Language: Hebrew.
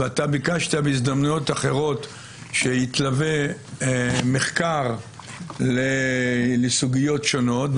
ואתה ביקשת בהזדמנויות אחרות שיתלווה מחקר לסוגיות שונות,